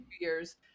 years